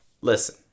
Listen